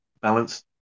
balanced